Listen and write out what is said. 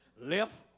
left